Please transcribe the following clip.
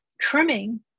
trimming